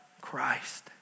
Christ